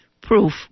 proof